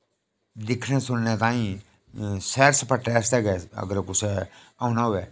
दिखने सुनने ताईं सैर सपाटे आस्तै अगर कुसे औना होवै